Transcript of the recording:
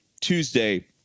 Tuesday